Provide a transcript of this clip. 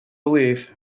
belief